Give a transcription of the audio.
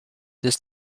this